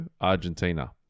Argentina